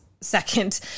second